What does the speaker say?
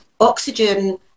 oxygen